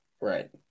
Right